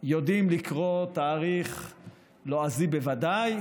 יודעים לקרוא תאריך לועזי בוודאי,